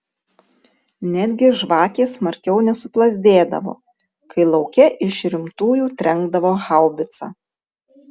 netgi žvakės smarkiau nesuplazdėdavo kai lauke iš rimtųjų trenkdavo haubica